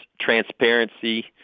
transparency